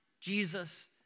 Jesus